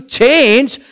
change